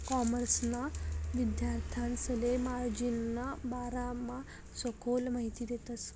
कॉमर्सना विद्यार्थांसले मार्जिनना बारामा सखोल माहिती देतस